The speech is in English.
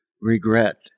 regret